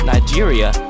Nigeria